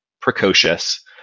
precocious